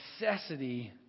necessity